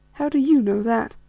how do you know that?